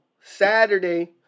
Saturday